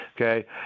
okay